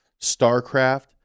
Starcraft